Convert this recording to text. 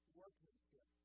workmanship